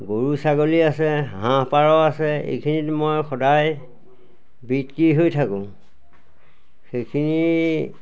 গৰু ছাগলী আছে হাঁহ পাৰ আছে এইখিনিত মই সদায় বিজি হৈ থাকোঁ সেইখিনি